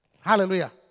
Hallelujah